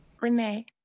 Renee